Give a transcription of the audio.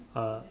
uh